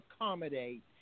accommodate